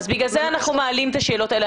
לכן אנחנו מעלים את השאלות האלה.